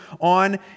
on